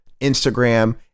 Instagram